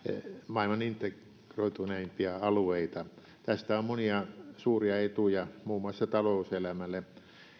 maailman integroituneimpia alueita tästä on monia suuria etuja muun muassa talouselämälle